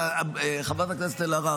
חברת הכנסת אלהרר,